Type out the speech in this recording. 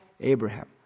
Abraham